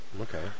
Okay